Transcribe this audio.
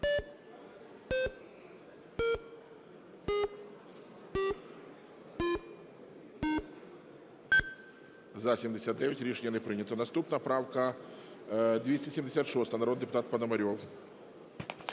За-79 Рішення не прийнято. Наступна правка 276, народний депутат Пономарьов.